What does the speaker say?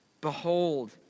Behold